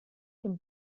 dem